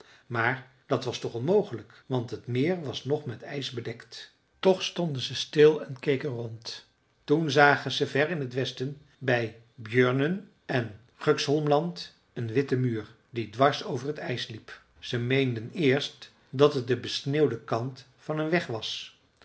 maar dat was toch onmogelijk want het meer was nog met ijs bedekt toch stonden ze stil en keken rond toen zagen ze ver in het westen bij björnön en göksholmland een witten muur die dwars over t ijs liep ze meenden eerst dat het de besneeuwde kant van een weg was